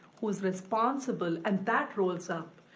who is responsible, and that floats up,